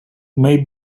may